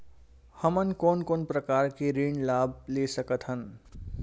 हमन कोन कोन प्रकार के ऋण लाभ ले सकत हन?